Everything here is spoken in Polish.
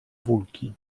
wólki